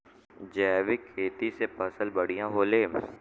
जैविक खेती से फसल बढ़िया होले